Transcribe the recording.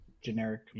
generic